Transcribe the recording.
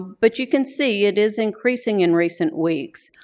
but you can see it is increasing in recent weeks.